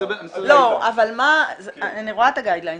אני רואה את הקווים המנחים,